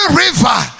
river